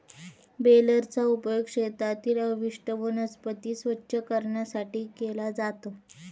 बेलरचा उपयोग शेतातील अवशिष्ट वनस्पती स्वच्छ करण्यासाठी केला जातो